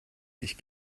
ich